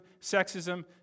sexism